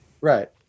Right